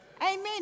Amen